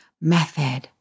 Method